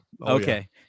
Okay